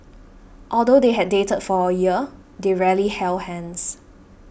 although they had dated for a year they rarely held hands